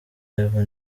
live